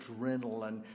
adrenaline